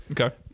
Okay